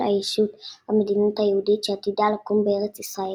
הישות המדינית היהודית שעתידה לקום בארץ ישראל.